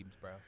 bro